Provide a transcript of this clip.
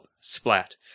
Splat